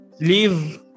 leave